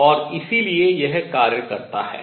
और इसलिए यह कार्य करता है